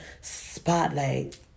spotlight